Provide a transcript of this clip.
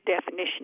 definition